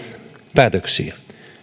päätöksiä